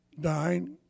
dying